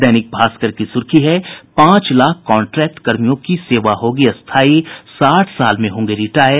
दैनिक भास्कर की सुर्खी है पांच लाख कांट्रेक्ट कर्मियों की सेवा होगी स्थायी साठ साल में होंगे रिटायर